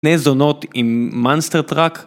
בני זונות עם מנסטר טראק